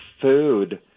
food